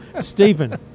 Stephen